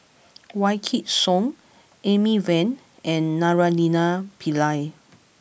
Wykidd Song Amy Van and Naraina Pillai